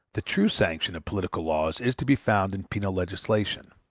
the true sanction of political laws is to be found in penal legislation,